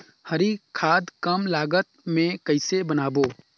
हरी खाद कम लागत मे कइसे बनाबो?